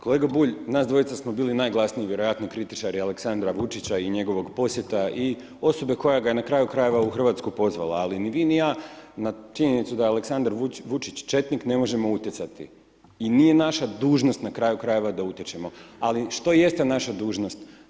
Kolega Bulj, nas dvojica smo bili najglasniji vjerojatno kritičari Aleksandra Vučića i njegovog posjeta i osobe koja ga je na kraju krajeva u Hrvatsku pozvala ali ni vi ni ja na činjenicu da je Aleksandar Vučić četnike ne možemo utjecati i nije naša dužnost na kraju krajeva da utječemo ali što jeste naša dužnost?